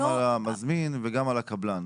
גם על המזמין וגם על הקבלן.